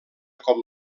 com